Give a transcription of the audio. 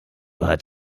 hat